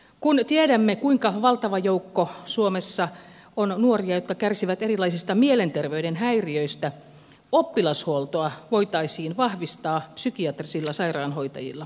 kun tiedämme kuinka valtava joukko suomessa on nuoria jotka kärsivät erilaisista mielenterveyden häiriöistä oppilashuoltoa voitaisiin vahvistaa psykiatrisilla sairaanhoitajilla